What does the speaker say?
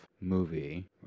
movie